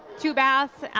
two baths,